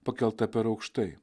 pakelta per aukštai